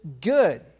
good